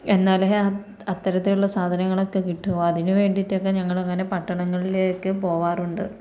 എന്നാലേ അത്തരത്തിലുള്ള സാധനങ്ങളൊക്കെ കിട്ടു അതിന് വേണ്ടിയിട്ടൊക്കെ ഞങ്ങള് അങ്ങനെ പട്ടണങ്ങളിലേക്ക് പോവാറുണ്ട്